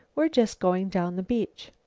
we're just going down the beach.